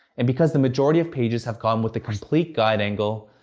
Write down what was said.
and because the majority of pages have gone with the complete guide angle,